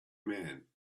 man